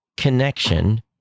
connection